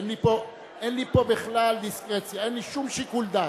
אין לי פה שום שיקול דעת.